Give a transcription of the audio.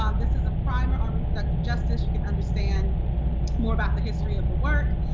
um this is a primer on reproductive justice. you can understand more about the history of the work.